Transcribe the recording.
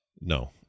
No